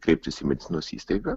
kreiptis į medicinos įstaigą